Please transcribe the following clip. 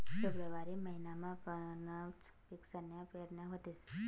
February महिनामा गनच पिकसन्या पेरण्या व्हतीस